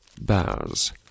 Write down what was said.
Baz